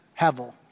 Hevel